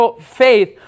faith